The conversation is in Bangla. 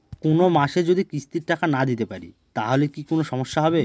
কোনমাসে যদি কিস্তির টাকা না দিতে পারি তাহলে কি কোন সমস্যা হবে?